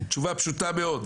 תשובה פשוטה מאוד,